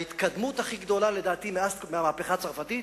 ההתקדמות הכי גדולה, לדעתי, מאז המהפכה הצרפתית,